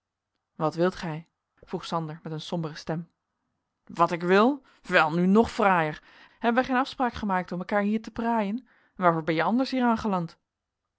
wat wilt gij vroeg sander met een sombere stem wat ik wil wel nu nog fraaier hebben wij geen afspraak gemaakt om mekaar hier te praaien en waarvoor ben je anders hier angeland